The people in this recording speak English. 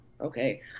okay